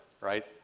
right